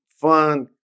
fun